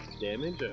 Damage